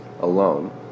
alone